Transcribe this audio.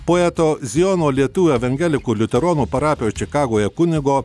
poeto zijono lietuvių evangelikų liuteronų parapijoj čikagoje kunigo